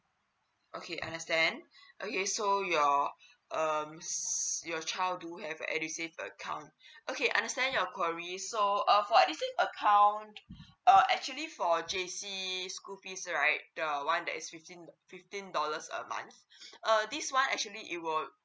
okay understand okay so you're um s~ your child do have edusave account okay understand your queries so err for educsave account uh actually for J_C school fees right there're one that is fifteen fifteen dollars a month uh this one actually it was